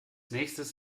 nächstes